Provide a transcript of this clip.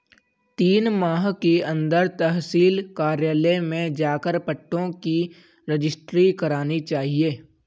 तीन माह के अंदर तहसील कार्यालय में जाकर पट्टों की रजिस्ट्री करानी चाहिए